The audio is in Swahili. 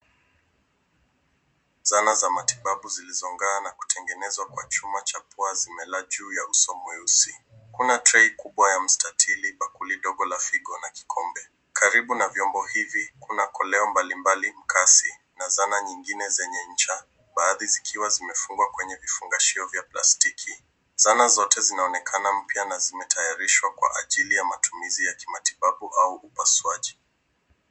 Zana za matibabu zilizong'aa na kutengenezwa kwa chuma cha pua zimelala juu ya uso mweusi. Kuna trei kubwa ya mstatili, bakuli ndogo la figo na kikombe. Karibu na vyombo hivi, kuna koleo mbalimbali mkasi na zana nyingine zenye ncha baadhi zikiwa zimefungwa kwenye vifungashio vya plastiki. Zana zote zinaonekana mpya na zimetayarishwa kwa ajili ya matumizi ya kimatibabu au upasuaji.